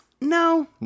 No